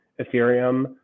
Ethereum